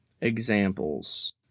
examples